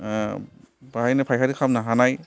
बेहायनो फाइखारि खालामनो हानाय